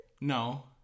no